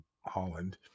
Holland